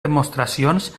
demostracions